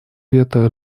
вето